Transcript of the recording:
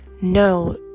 no